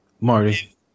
Marty